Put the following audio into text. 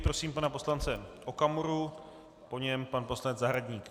Prosím pana poslance Okamuru, po něm pan poslanec Zahradník.